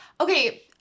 okay